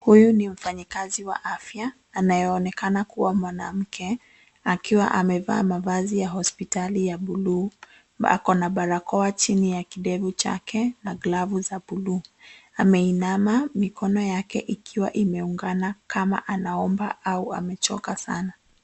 Huyu ni mfanyikazi wa afya anayeonekana kuwa mwanamke na akiwa amevaa mavazi ya hospitali ya buluu na akona barakoa chini ya kindevu chake na glavu za buluu. Ameinama mikono yake ikiwa imeungana kama anaomba au amechoka sana.